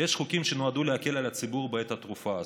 יש חוקים שנועדו להקל על הציבור בעת הטרופה הזאת,